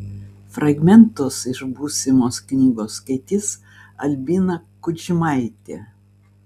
fragmentus iš būsimos knygos skaitys albina kudžmaitė